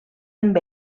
amb